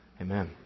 Amen